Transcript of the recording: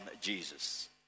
Jesus